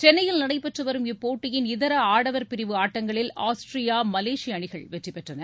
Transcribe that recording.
சென்னையில் நடைபெற்று வரும் இப்போட்டியின் இதர ஆடவர் பிரிவு ஆட்டங்களில் ஆஸ்டிரியா மலேசிய அணிகள் வெற்றி பெற்றன